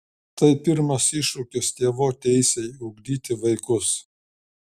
tai pirmas iššūkis tėvų teisei ugdyti vaikus